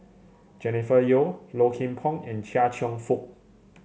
Jennifer Yeo Low Kim Pong and Chia Cheong Fook